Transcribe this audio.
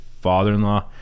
father-in-law